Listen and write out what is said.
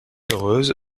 heureuse